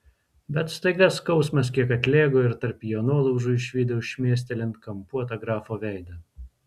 bet staiga skausmas kiek atlėgo ir tarp jo nuolaužų išvydau šmėstelint kampuotą grafo veidą